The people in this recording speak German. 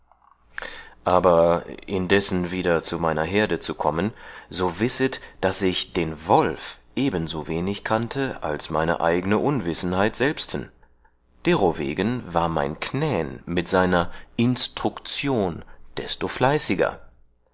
aber indessen wieder zu meiner herde zu kommen so wisset daß ich den wolf ebensowenig kannte als meine eigne unwissenheit selbsten derowegen war mein knän mit seiner instruktion desto fleißiger